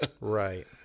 Right